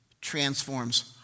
transforms